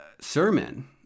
sermon